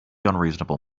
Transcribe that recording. unreasonable